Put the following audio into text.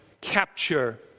capture